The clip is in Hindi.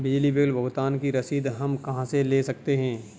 बिजली बिल भुगतान की रसीद हम कहां से ले सकते हैं?